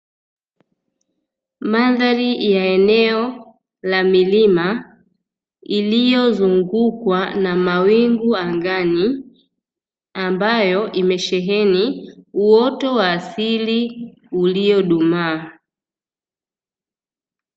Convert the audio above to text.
Mandhari ya eneo la milima, iliyozungukwa na mawingu angani ambayo imesheheni uoto wa asili uliodumaa.